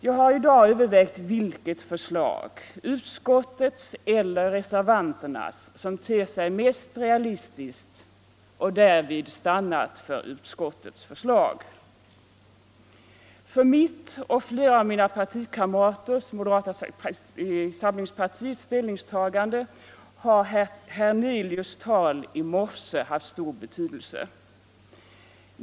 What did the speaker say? Jag har i dag övervägt vilket förslag, utskottets eller reservanternas, som ter sig mest realistiskt och därvid stannat för utskottets förslag. För mitt och flera av mina partikamraters ställningstagande har herr Hernelius” tal i morse haft stor betydelse.